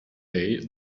day